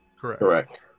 Correct